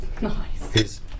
Nice